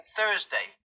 Thursday